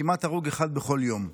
כמעט הרוג אחד בכל יום.